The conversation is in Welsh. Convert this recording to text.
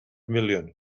miliwn